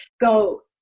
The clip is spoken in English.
go